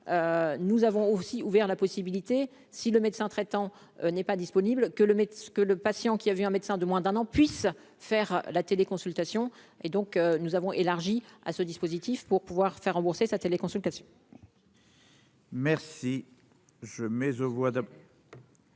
nous avons aussi ouvert la possibilité si le médecin traitant n'est pas disponible que le mais ce que le patient qui a vu un médecin de moins d'un an, puisse faire la télé consultation et donc nous avons élargi à ce dispositif pour pouvoir faire rembourser sa télé consultation.